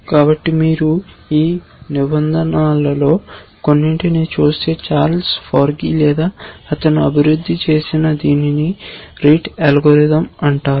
కాబట్టి మీరు ఈ నిబంధనలలో కొన్నింటిని చూస్తే చార్లెస్ ఫోర్జీ లేదా అతను అభివృద్ధి చేసిన దీనిని RETE అల్గోరిథం అంటారు